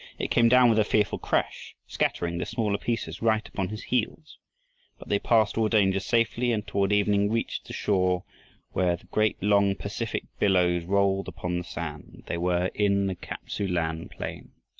it came down with a fearful crash, scattering the smaller pieces right upon his heels but they passed all dangers safely and toward evening reached the shore where the great long pacific billows rolled upon the sand. they were in the kap-tsu-lan plain.